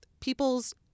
people's